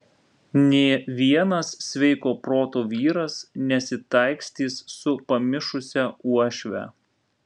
nė vienas sveiko proto vyras nesitaikstys su pamišusia uošve